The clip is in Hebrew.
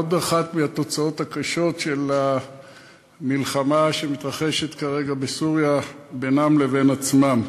עוד אחת מהתוצאות הקשות של המלחמה שמתרחשת כרגע בסוריה בינם לבין עצמם.